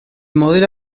modelo